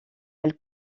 elle